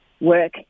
work